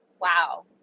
wow